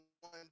one